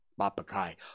Bapakai